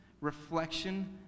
reflection